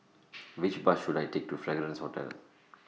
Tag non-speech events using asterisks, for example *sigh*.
*noise* Which Bus should I Take to Fragrance Hotel